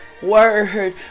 word